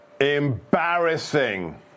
Embarrassing